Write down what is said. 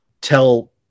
tell